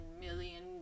million